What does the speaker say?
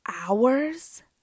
hours